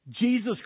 Jesus